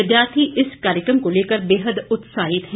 विद्यार्थी इस कार्यक्रम को लेकर बेहद उत्साहित हैं